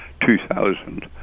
2000